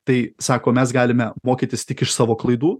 tai sako mes galime mokytis tik iš savo klaidų